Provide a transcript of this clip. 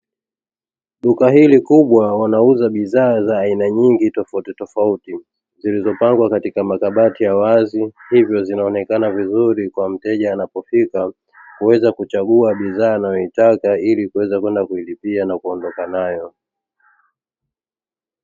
Duka hili kubwa wanauza bidhaa za aina nyingi tofauti tofauti zilizopangwa katika makabati ya wazi, hivyo zinaonekana vizuri kwa mteja anapofika kuweza kuchagua bidhaa anayoitaka ili kuweza kwenda kuilipia na kuondoka nayo.